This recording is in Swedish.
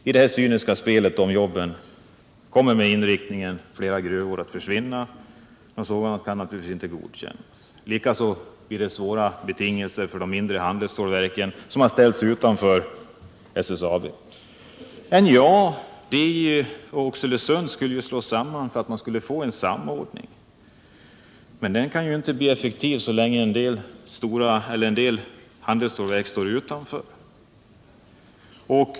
I detta cyniska spel om jobben kommer med nuvarande inriktning flera gruvorter att försvinna. Något sådant kan naturligtvis inte godkännas. Likaså blir det svåra betingelser för de mindre handelsstålverken, som ställts utanför SSAB. NJA, DJ och Oxelösunds Järnverk skulle ju slås samman för att man skulle få en samordning, men den kan ju inte bli effektiv så länge en del handelsstålverk står utanför.